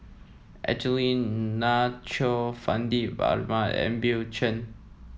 Angelina Choy Fandi Ahmad and Bill Chen